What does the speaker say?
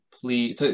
please